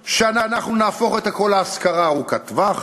כך שאנחנו נהפוך את הכול להשכרה ארוכת טווח,